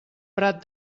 prat